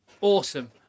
awesome